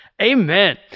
Amen